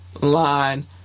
line